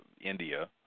India